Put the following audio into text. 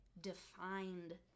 defined